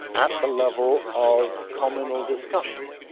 at the level of communal discussion.